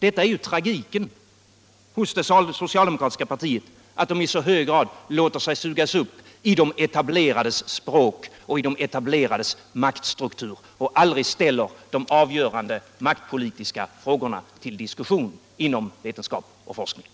Detta är ju tragiken hos det socialdemokratiska partiet, att det i så hög grad låter sig sugas upp i de etablerades språk och i de etablerades maktstruktur och aldrig ställer de avgörande maktpolitiska frågorna till diskussion inom vetenskap och forskning.